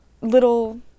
little